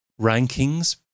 rankings